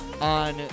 on